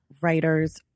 writers